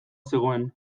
zegoen